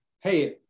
Hey